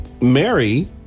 Mary